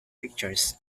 pictures